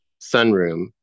sunroom